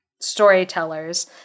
storytellers